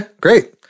great